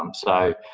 um so,